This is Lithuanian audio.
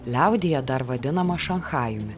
liaudyje dar vadinamą šanchajumi